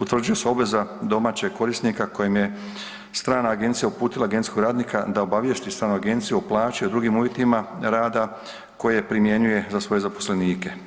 Utvrđuje se obveza domaćeg korisnika kojim je strana agencija uputila agencijskog radnika da obavijesti stranu agenciju o plaći i drugim uvjetima rada koje primjenjuje za svoje zaposlenike.